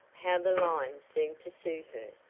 how the lines seemed to suit her!